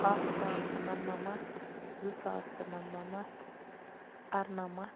اکھ ساس تہٕ نَمنَمَتھ زٕ ساس تہٕ نَمنَمَتھ اَرنَمَتھ